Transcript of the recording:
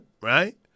right